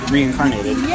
Reincarnated